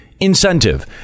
Incentive